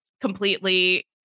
completely